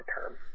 term